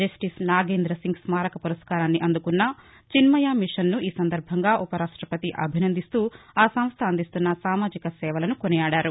justice Nagendra Singh స్మారక పురస్కారాన్ని అందుకున్న చిన్మయమిషన్ ను ఈ సందర్బంగా ఉపరాష్టపతి అభినందిస్తూ ఆ సంస్ట అందిస్తున్న సామాజిక సేవలను కొనియాడారు